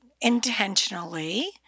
intentionally